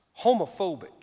homophobic